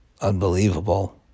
unbelievable